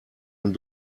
und